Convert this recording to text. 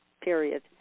period